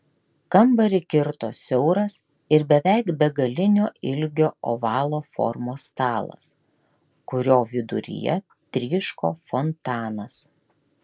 kambarį kirto siauras ir beveik begalinio ilgio ovalo formos stalas kurio viduryje tryško fontanas